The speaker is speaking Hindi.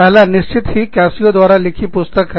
पहला निश्चित ही कैसियो द्वारा लिखी पुस्तक है